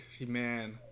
Man